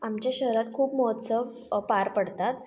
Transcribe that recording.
आमच्या शहरात खूप महोत्सव पार पडतात